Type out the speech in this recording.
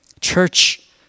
Church